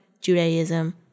Judaism